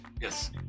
Yes